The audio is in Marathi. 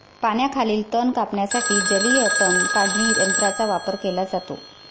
पाण्याखालील तण कापण्यासाठी जलीय तण काढणी यंत्राचा वापर केला जातो